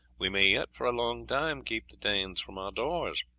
we may yet for a long time keep the danes from our doors.